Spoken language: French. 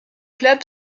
club